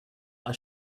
are